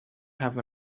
have